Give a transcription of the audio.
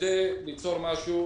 כדי ליצור משהו,